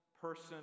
person